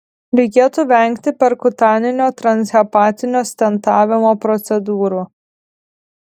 reikėtų vengti perkutaninio transhepatinio stentavimo procedūrų